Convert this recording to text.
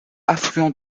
affluent